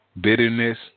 bitterness